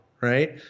right